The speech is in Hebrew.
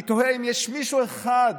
אני תוהה אם יש מישהו אחד